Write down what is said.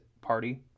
party